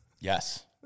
Yes